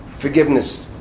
forgiveness